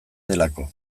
delako